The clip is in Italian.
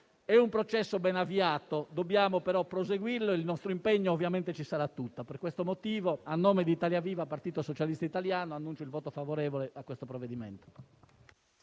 È un processo ben avviato, dobbiamo però proseguirlo e il nostro impegno ci sarà tutto. Per questo motivo, a nome di Italia Viva-Partito Socialista Italiano, annuncio il voto favorevole al provvedimento